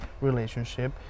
relationship